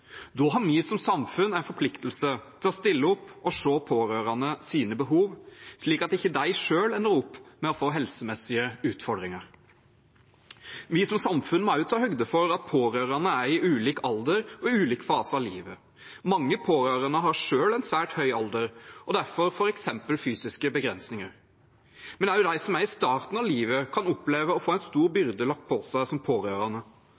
Da har vi som samfunn en forpliktelse til å stille opp og se de pårørendes behov, slik at ikke de selv ender opp med å få helsemessige utfordringer. Vi som samfunn må også ta høyde for at pårørende er i ulik alder og ulik fase av livet. Mange pårørende har selv svært høy alder og derfor f.eks. fysiske begrensninger, men også de som er i starten av livet, kan oppleve å få en stor byrde lagt på seg som pårørende.